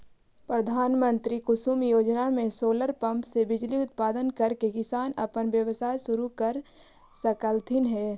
प्रधानमंत्री कुसुम योजना में सोलर पंप से बिजली उत्पादन करके किसान अपन व्यवसाय शुरू कर सकलथीन हे